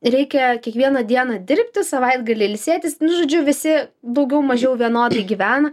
reikia kiekvieną dieną dirbti savaitgalį ilsėtis žodžiu visi daugiau mažiau vienodai gyvena